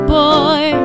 boy